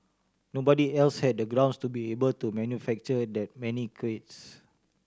nobody else had the grounds to be able to manufacture that many crates